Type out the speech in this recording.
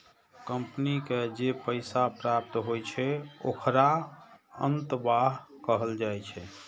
company के जे पैसा प्राप्त होइ छै, ओखरा अंतर्वाह कहल जाइ छै